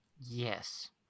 Yes